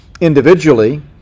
individually